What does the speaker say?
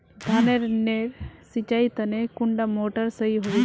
धानेर नेर सिंचाईर तने कुंडा मोटर सही होबे?